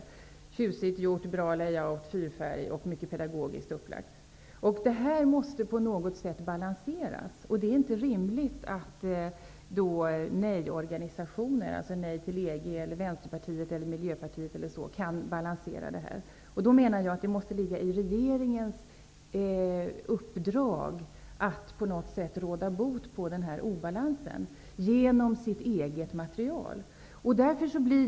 Informationen är tjusigt gjord med bra layout, fyrfärg och den är mycket pedagogiskt upplagd. Detta måste på något sätt balanseras. Det är inte rimligt att nej-organisationerna Nej till EG, Vänsterpartiet eller Miljöpartiet kan balansera detta. Därför menar jag att det måste ligga i regeringens uppdrag att genom sitt eget material på något sätt råda bot på den här obalansen.